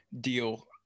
deal